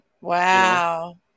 wow